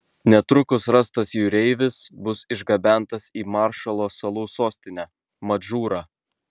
netrukus rastas jūreivis bus išgabentas į maršalo salų sostinę madžūrą